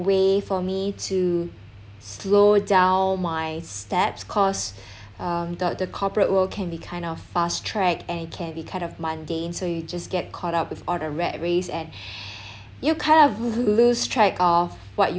way for me to slow down my steps cause um the the corporate world can be kind of fast track and it can be kind of mundane so you just get caught up with all the rat race and you kind of lose track of what you